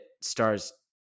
stars